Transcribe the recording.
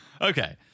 Okay